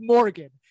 Morgan